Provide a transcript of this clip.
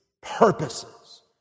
purposes